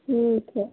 ठीक है